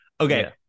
okay